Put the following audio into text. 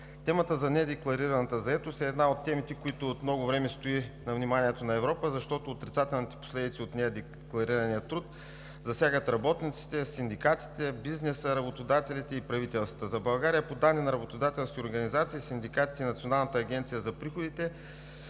власт. Недекларираната заетост е една от темите, която от много време стои на вниманието на Европа, защото отрицателните последици от недекларирания труд засягат работниците, синдикатите, бизнеса, работодателите и правителствата. За България по данни на работодателските организации, синдикатите и Националната агенция за приходите,